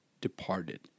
departed